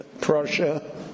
Prussia